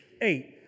Eight